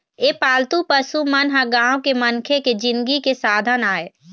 ए पालतू पशु मन ह गाँव के मनखे के जिनगी के साधन आय